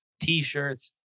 T-shirts